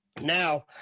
Now